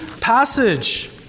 passage